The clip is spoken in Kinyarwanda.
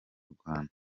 rwanda